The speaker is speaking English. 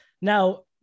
Now